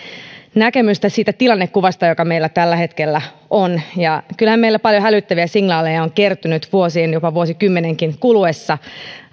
näkemystä siitä tilannekuvasta joka meillä tällä hetkellä on ja kyllähän meillä paljon hälyttäviä signaaleja on kertynyt vuosien jopa vuosikymmenienkin kuluessa